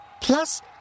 Plus